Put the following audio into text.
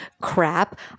Crap